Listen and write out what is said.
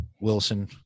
Wilson